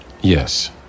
Yes